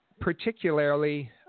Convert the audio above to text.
particularly